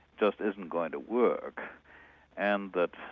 just isn't going to work and that